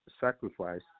sacrifice